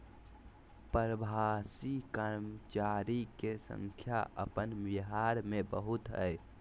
प्रवासी कर्मचारी के संख्या अपन बिहार में बहुत हइ